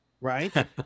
right